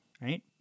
right